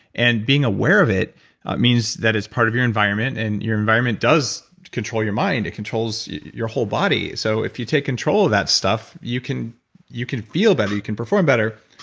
and being aware of it means that is part of your environment and your environment does control your mind. it controls your whole body. so if you take control of that stuff you can you can feel better, you can perform better.